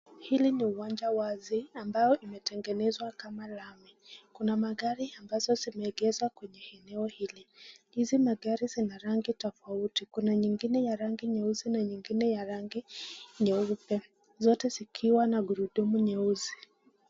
Hili ni uwanja wazi ambayo lmetengenezwa kama lami. Kuna magari ambazo zimeegeshwa kwenye eneo hili. Hizi magari zina rangi tofauti. Kuna nyingine ya rangi nyeusi na nyingine ya rangi nyeupe. Zote zikiwa na gurudumu nyeusi.